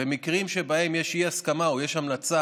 במקרים שבהם יש אי-הסכמה או יש המלצה